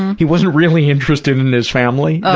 he wasn't really interested in his family